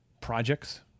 projects